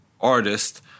artist